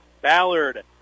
Ballard